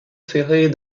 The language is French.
ferrée